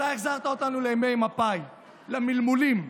אתה החזרת אותנו לימי מפא"י, למלמולים.